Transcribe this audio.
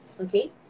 okay